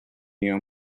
your